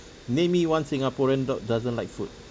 name me one singaporean dog doesn't like food